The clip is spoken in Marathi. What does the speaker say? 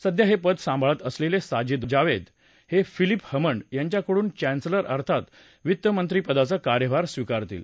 सध्या हे पद सांभाळत असलेले साजिद जावेद हे फिलीप हमंड यांच्याकडून चॅन्सेलर अर्थात वित्त मंत्रिपदाचा कार्यभार स्वीकारतील